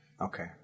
Okay